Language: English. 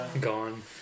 gone